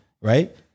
right